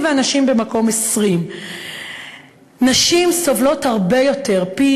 והנשים במקום 20. נשים סובלות הרבה יותר מגברים,